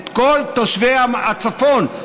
לכל תושבי הצפון,